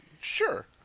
Sure